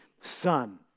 son